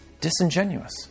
disingenuous